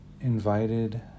invited